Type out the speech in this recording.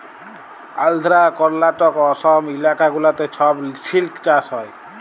আল্ধ্রা, কর্লাটক, অসম ইলাকা গুলাতে ছব সিল্ক চাষ হ্যয়